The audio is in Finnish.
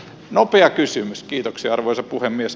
nopea kysymys kiitoksia arvoisa puhemies